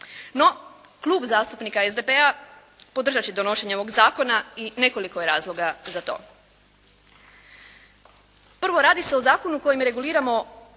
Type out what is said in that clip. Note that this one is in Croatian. No, Klub zastupnika SDP-a podržat će donošenje ovog Zakona i nekoliko je razloga za to. Prvo, radi se o zakonu kojime reguliramo